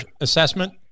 assessment